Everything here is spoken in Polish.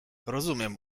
rozumiem